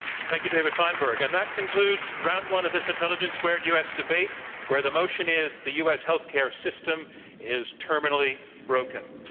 thank you, david feinberg. and that concludes round one of this intelligence squared u. s. debate where the motion is the u. s. health care system is terminally broken.